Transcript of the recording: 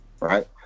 Right